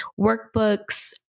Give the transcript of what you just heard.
workbooks